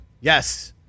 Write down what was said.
yes